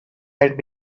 had